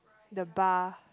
the bar